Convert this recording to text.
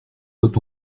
doit